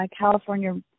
California